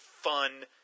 fun